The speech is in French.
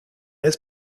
raies